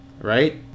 Right